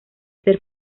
ser